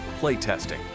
playtesting